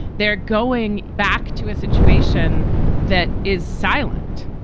they're going back to a situation that is silent,